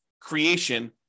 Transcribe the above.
creation